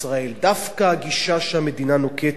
דווקא הגישה שהמדינה נוקטת,